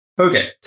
Okay